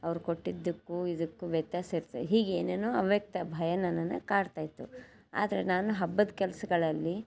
ಅವ್ರು ಕೊಟ್ಟಿದ್ದಕ್ಕೂ ಇದಕ್ಕೂ ವ್ಯತ್ಯಾಸ ಇರುತ್ತೆ ಹೀಗೇ ಏನೇನೋ ಅವ್ಯಕ್ತ ಭಯ ನನ್ನನ್ನು ಕಾಡ್ತಾ ಇತ್ತು ಆದರೆ ನಾನು ಹಬ್ಬದ ಕೆಲ್ಸಗಳಲ್ಲಿ